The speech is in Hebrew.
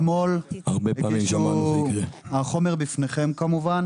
אתמול הגישו החומר בפניכם כמובן